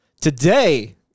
Today